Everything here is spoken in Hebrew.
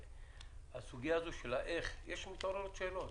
ובסוגיה של האיך מתעוררות שאלות.